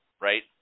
right